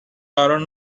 قرار